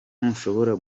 ntushobora